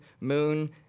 moon